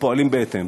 ופועלים בהתאם.